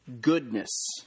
goodness